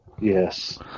Yes